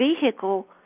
vehicle